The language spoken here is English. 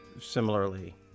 similarly